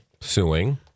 suing